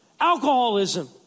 Alcoholism